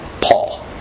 Paul